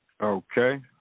Okay